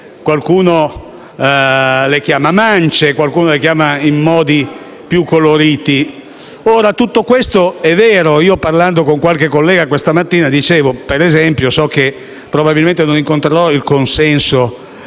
Qualcuno li chiama mance, qualcun altro usa modi più coloriti. Tutto questo è vero. Parlando con qualche collega stamattina dicevo, per esempio - so che probabilmente non incontrerò il consenso